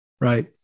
right